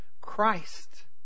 Christ